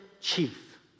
Chief